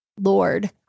Lord